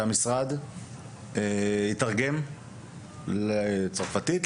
שהמשרד יתרגם לצרפתית,